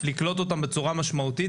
לקלוט אותן בצורה משמעותית,